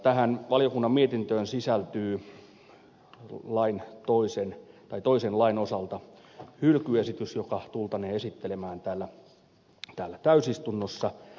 tähän valiokunnan mietintöön sisältyy toisen lain osalta hylkyesitys joka tultaneen esittelemään täällä täysistunnossa